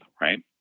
right